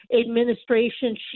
administration